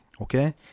okay